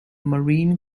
marine